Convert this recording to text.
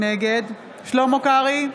נגד שלמה קרעי,